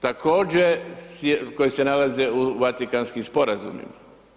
Također, koji se nalaze u Vatikanskim sporazumima.